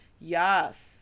yes